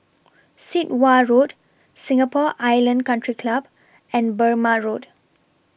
Sit Wah Road Singapore Island Country Club and Burmah Road